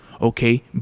okay